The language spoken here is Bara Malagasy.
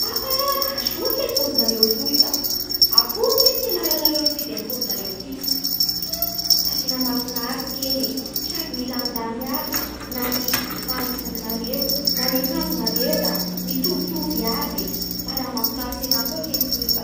Ha ah, da soa kegny pozinareo toy ka Akory kegny nianaranao nifidy pozinareo ty? Ha, da tena mahafinaritsy kegny e Sady milamindamy aby na ny bango volonareo, na ny akanjonareo da mitovitovy iaby Mba raha mahafinaritsy anahy koa kegny toy ka